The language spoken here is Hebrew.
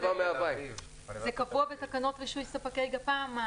זה קבוע בתקנות רישוי ספקי גפ"מ.